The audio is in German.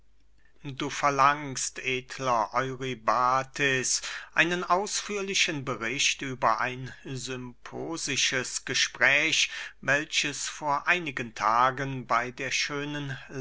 du verlangst edler eurybates einen ausführlichen bericht über ein symposisches gespräch welches vor einigen tagen bey der schönen